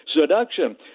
seduction